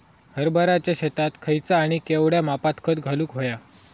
हरभराच्या शेतात खयचा आणि केवढया मापात खत घालुक व्हया?